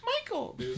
Michael